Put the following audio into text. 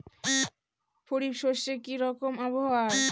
খরিফ শস্যে কি রকম আবহাওয়ার?